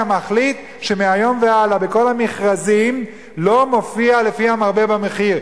מחליט שמהיום והלאה בכל המכרזים לא מופיע "לפי המרבה במחיר".